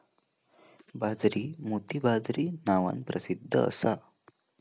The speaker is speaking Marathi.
बाजरी मोती बाजरी नावान प्रसिध्द असा